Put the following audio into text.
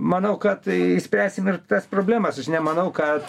manau kad išspręsim ir tas problemas aš nemanau kad